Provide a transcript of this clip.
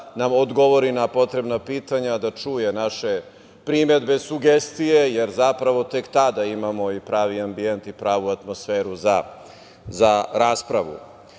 nam odgovori na potrebna pitanja, da čuje naše primedbe, sugestije, jer zapravo tek tada imamo i pravi ambijent i pravu atmosferu za raspravu. Dakle,